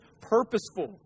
purposeful